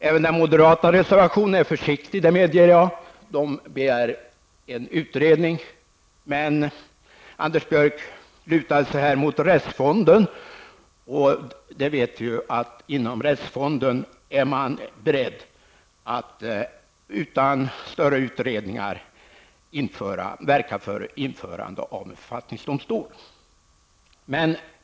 Även den moderata reservationen är försiktig, det medger jag. Moderaterna begär en utredning. Anders Björck lutade sig här mot rättsfonden, men vi vet ju att man inom rättsfonden är beredd att utan större utredningar verka för införandet av en författningsdomstol.